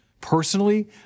personally